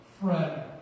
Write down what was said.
Fred